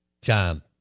time